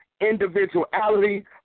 individuality